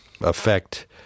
affect